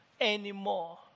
anymore